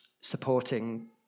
supporting